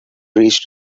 reached